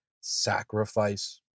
sacrifice